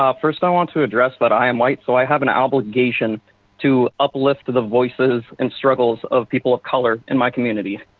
ah first i want to address but i am white, so i have an obligation to uplift the voices and struggles of people of color in my community.